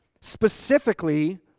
specifically